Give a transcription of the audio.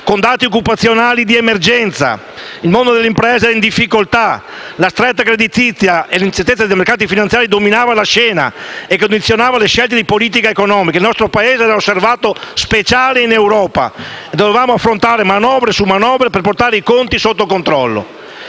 con dati occupazionali di emergenza. Il mondo delle imprese era in forte difficoltà. La stretta creditizia e l'incertezza dei mercati finanziari dominavano la scena e condizionavano le scelte di politica economica. Il nostro Paese era osservato speciale in Europa e dovevamo affrontare manovre su manovre per portare i conti sotto controllo.